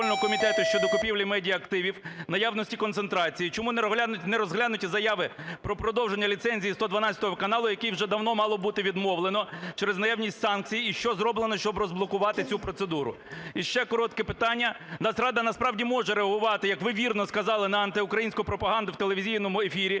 Нацрада насправді може реагувати, як ви вірно сказали, на антиукраїнську пропаганду в телевізійному ефірі.